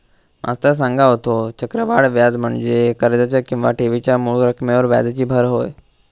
मास्तर सांगा होतो, चक्रवाढ व्याज म्हणजे कर्जाच्या किंवा ठेवीच्या मूळ रकमेवर व्याजाची भर होय